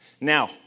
Now